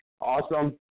awesome